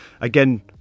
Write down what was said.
Again